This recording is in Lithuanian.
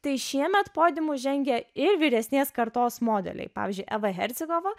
tai šiemet podiumu žengė ir vyresnės kartos modeliai pavyzdžiui eva hercigova